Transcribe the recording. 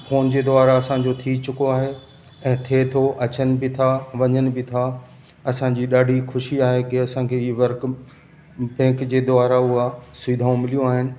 phone जे द्वारा असांजो थी चुको आहे ऐं थिए थो अचनि बि था वञनि बि था असांजी ॾाढी ख़ुशी आहे कि असांखे हीअ वर्क बैंक जे द्वारा सुविधाऊं मिलियूं आहिनि